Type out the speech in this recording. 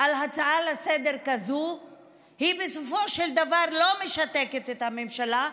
על הצעה לסדר-היום כזאת בסופו של דבר לא משתקת את הממשלה,